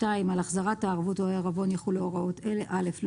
על החזרת הערבות והעירבון יחולו הוראות אלה: לא